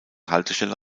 haltestelle